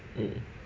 mm